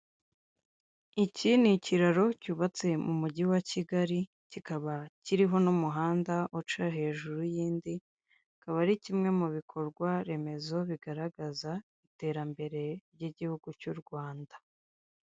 Iki ni ikiraro cyubatse mu mujyi wa kigali kikaba kiriho n'umuhanda uca hejuru y'indi akaba ari kimwe mu bikorwaremezo bigaragaza iterambere ry'igihugu cy'u Rwanda.